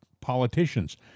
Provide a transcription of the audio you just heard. politicians